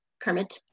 Kermit